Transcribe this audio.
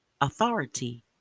authority